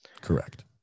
Correct